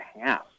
half